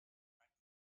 racket